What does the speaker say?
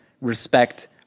respect